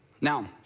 Now